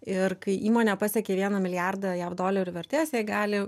ir kai įmonė pasiekia vieną milijardą jav dolerių vertės jie gali